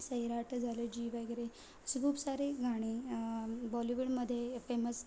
सैराट जालं जी वगैरे असे खूप सारे गाणे बॉलीवूडमध्ये फेमस